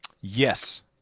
yes